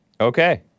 Okay